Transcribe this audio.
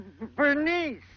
Bernice